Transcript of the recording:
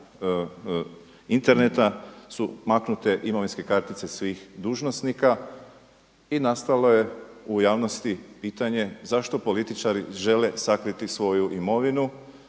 Interneta su maknute imovinske kartice svih dužnosnika i nastalo je u javnosti pitanje zašto političari žele sakriti svoju imovinu?